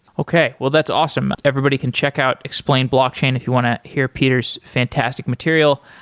okay. well, that's awesome. everybody can check out explain blockchain, if you want to hear peter's fantastic material.